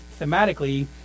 thematically